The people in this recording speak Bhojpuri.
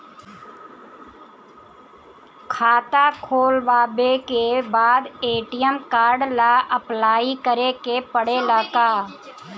खाता खोलबाबे के बाद ए.टी.एम कार्ड ला अपलाई करे के पड़ेले का?